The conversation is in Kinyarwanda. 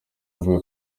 avuga